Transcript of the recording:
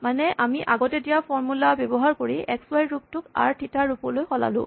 মানে আমি আগতে দিয়া ফৰ্মুলা ব্যৱহাৰ কৰি এক্স ৱাই ৰ ৰূপটোক আৰ থিতা ৰ ৰূপলৈ সলালোঁ